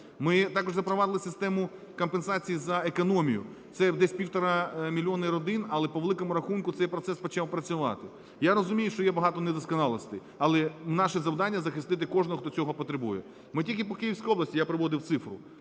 Ми також запровадили систему компенсації за економію. Це десь півтора мільйона родин, але по великому рахунку цей процес почав працювати. Я розумію, що є багато недосконалостей, але наше завдання – захистити кожного, хто цього потребує. Ми тільки по Київській області, я приводив цифру,